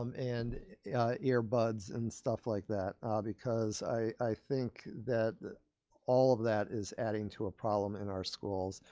um and earbuds and stuff like that ah because i think that all of that is adding to a problem in our schools.